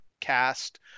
cast